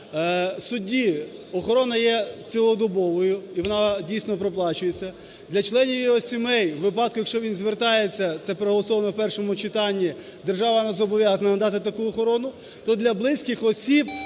судді охорона є цілодобовою і вона дійсно проплачується, для членів його сімей у випадку, якщо він звертається, це проголосовано в першому читанні, держава йому зобов'язана надати таку охорону, то для близьких осіб